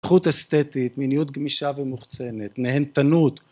זכות אסתטית, מיניות גמישה ומוחצנת נהנתנות